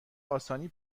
آسانی